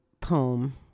poem